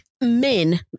men